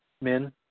men